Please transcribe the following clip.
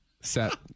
set